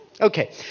Okay